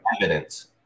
evidence